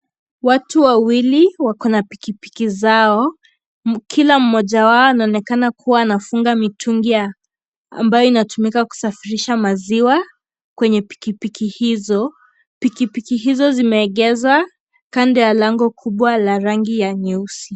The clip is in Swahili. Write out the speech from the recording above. Watu wawili wako na pikipiki zao . Kila mmoja wao anonekana kuwa anafunga mitungi ya ambayo inatumika kusafirisha maziwa kwenye pikipiki hizo. Pikipiki hizo zimeegezwa kando ya lango kubwa la rangi ya nyeusi.